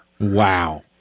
Wow